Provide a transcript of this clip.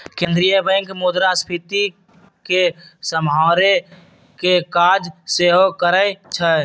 केंद्रीय बैंक मुद्रास्फीति के सम्हारे के काज सेहो करइ छइ